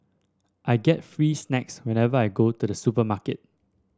I get free snacks whenever I go to the supermarket